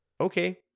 Okay